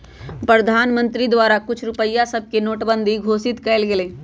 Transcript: प्रधानमंत्री द्वारा कुछ रुपइया सभके नोटबन्दि घोषित कएल गेलइ